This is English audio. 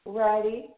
ready